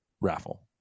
raffle